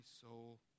soul